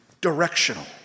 directional